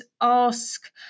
ask